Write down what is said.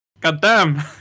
Goddamn